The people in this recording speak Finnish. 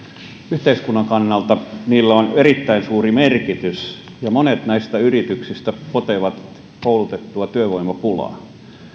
yhteiskunnan kannalta niillä on erittäin suuri merkitys ja monet näistä yrityksistä potevat koulutetun työvoiman pulaa